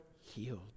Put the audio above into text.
healed